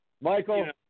Michael